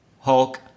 Hulk